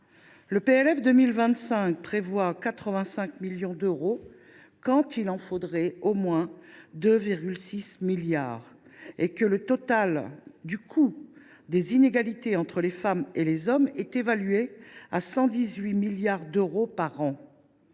Le PLF pour 2025 prévoit 85 millions d’euros quand il en faudrait au moins 2,6 milliards et que le coût total des inégalités entre les femmes et les hommes est évalué à 118 milliards d’euros par an…